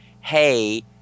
hey